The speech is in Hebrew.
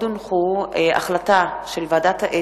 הגדרת גזענות),